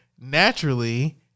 naturally